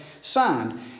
signed